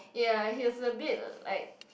ya he was a bit like